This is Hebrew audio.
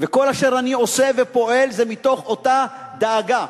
וכל אשר אני עושה ופועל זה מתוך אותה דאגה.